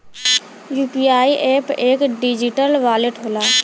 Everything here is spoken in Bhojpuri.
यू.पी.आई एप एक डिजिटल वॉलेट होला